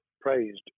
praised